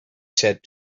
said